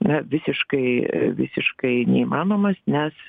na visiškai visiškai neįmanomas nes